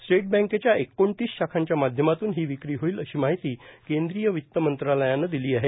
state बँकेच्या एकोणतीस शाखांच्या माध्यमातून ही विक्री होईल अशी माहिती केंद्रीय वित्तमंत्रालयानं दिली आहे